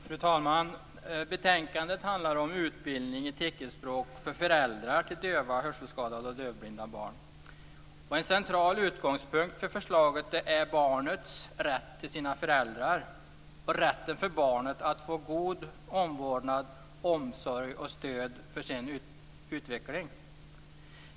Fru talman! Betänkandet handlar om utbildning i teckenspråk för föräldrar till döva, hörselskadade och dövblinda barn. En central utgångspunkt för förslaget är barnets rätt till sina föräldrar och rätten för barnet att få god omvårdnad, omsorg och stöd för sin utveckling.